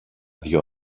δυο